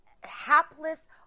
hapless